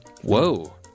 Whoa